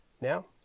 Now